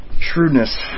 Shrewdness